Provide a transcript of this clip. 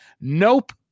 nope